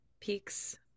peaks